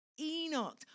Enoch